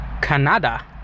Canada